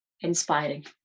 inspiring